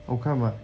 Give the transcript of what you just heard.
好看吗